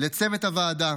לצוות הוועדה